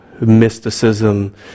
mysticism